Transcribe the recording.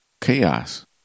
Chaos